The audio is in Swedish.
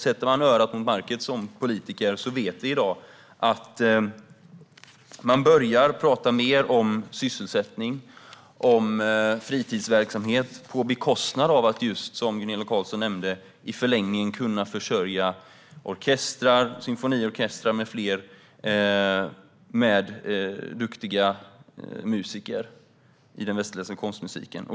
Sätter man örat mot marken som politiker hör man i dag att det börjar pratas mer om sysselsättning och om fritidsverksamhet, på bekostnad av just det som Gunilla Carlsson nämnde och som handlar om att i förlängningen kunna försörja orkestrar, symfoniorkestrar med flera med duktiga musiker när det gäller den västerländska konstmusiken.